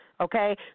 Okay